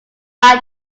are